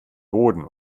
boden